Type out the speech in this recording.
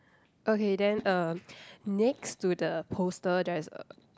okay then uh next to the poster there's a